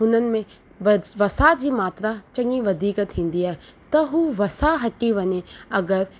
उन्हनि में व वसा जी मात्रा चङी वधीक थींदी आहे त हू वसा हटी वञे अगरि